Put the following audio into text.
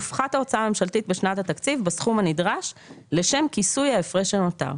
תופחת ההוצאה הממשלתית בשנת התקציב בסכום הנדרש לשם כיסוי ההפרש שנותר,